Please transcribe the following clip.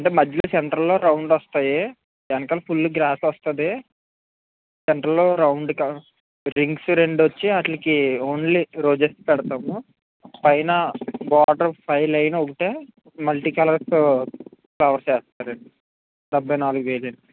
అంటే మధ్యలో సెంటర్లో రౌండ్ వస్తాయి వెనకల ఫుల్ గ్రాస్ వస్తుంది సెంటర్లో రౌండ్ క రింగ్స్ రెండొచ్చి అట్లీకి ఓన్లీ రోజెస్ పెడుతాము పైన బార్డర్పై లైను ఒకటె మల్టీకలర్స్తో ఫ్లవర్స్ వెస్తారు డెబ్భై నాలుగు వేలండి